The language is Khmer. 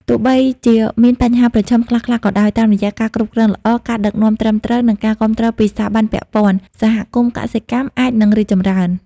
ទោះបីជាមានបញ្ហាប្រឈមខ្លះៗក៏ដោយ តាមរយៈការគ្រប់គ្រងល្អ ការដឹកនាំត្រឹមត្រូវ និងការគាំទ្រពីស្ថាប័នពាក់ព័ន្ធ សហគមន៍កសិកម្មអាចនឹងរីកចម្រើន។